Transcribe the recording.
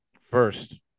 First